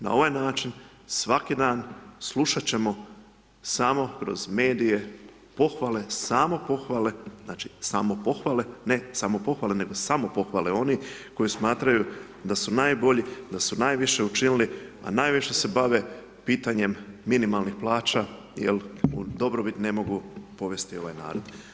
Na ovaj način svaki dan slušati ćemo samo kroz medije pohvale, samo pohvale, znači samopohvale ne samopohvale nego samo pohvale oni koji smatraju da su najbolji, da su najviše učinili, a najviše se bave pitanjem minimalnih plaća jel u dobrobiti ne mogu povesti ovaj narod.